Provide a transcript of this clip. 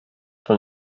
von